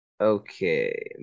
Okay